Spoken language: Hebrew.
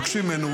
תבקשי ממנו,